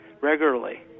regularly